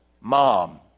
mom